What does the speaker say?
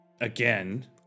Again